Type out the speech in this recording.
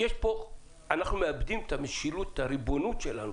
אנחנו מאבדים את הריבונות שלנו,